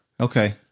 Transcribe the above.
Okay